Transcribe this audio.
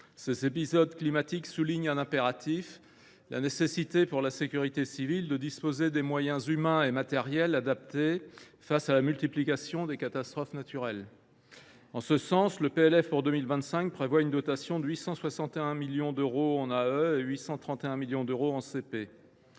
Ces épisodes climatiques soulignent un impératif : celui, pour la sécurité civile, de disposer de moyens humains et matériels adaptés face à la multiplication des catastrophes naturelles. En ce sens, le PLF pour 2025 prévoit une dotation de 861 millions d’euros en autorisations d’engagement